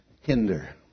hinder